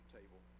table